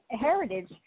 Heritage